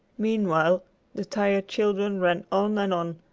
meanwhile the tired children ran on and on,